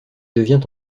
devient